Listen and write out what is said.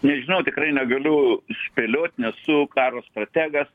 nežinau tikrai negaliu spėliot nesu karo strategas